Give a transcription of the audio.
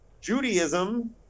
Judaism